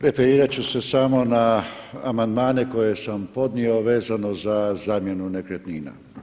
Referirat ću se samo na amandmane koje sam podnio vezano za zamjenu nekretnina.